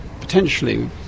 potentially